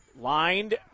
Lined